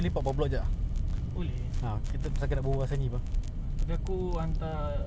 sia lah aku pukul empat setengah aku nak kena standby dekat tampines sia